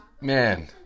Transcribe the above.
man